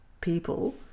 people